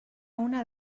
una